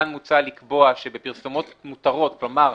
כאן מוצע לקבוע שבפרסומות מותרות, כלומר,